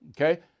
Okay